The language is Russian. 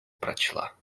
прочла